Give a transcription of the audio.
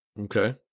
Okay